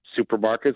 supermarkets